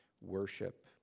worship